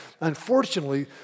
unfortunately